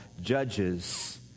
judges